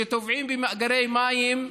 שטובעים במאגרי מים.